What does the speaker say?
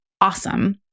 awesome